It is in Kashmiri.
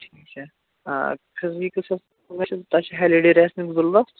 ٹھیٖک چھا آ فِزیٖکٕس یۄس چھِ تتھ چھِ ہیلیٖڈی ریَسلِنٛگ ضروٗرت